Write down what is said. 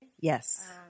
Yes